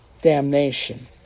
damnation